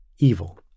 evil